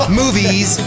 movies